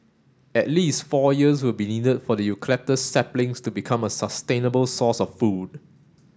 at least four years will be needed for the eucalyptus saplings to become a sustainable source of food